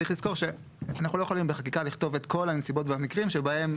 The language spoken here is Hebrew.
צריך לזכור שאנחנו לא יכולים בחקיקה לכתוב את כל הנסיבות והמקרים שבהם,